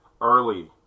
early